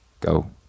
Go